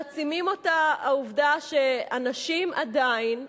מעצימה אותה העובדה שהנשים עדיין,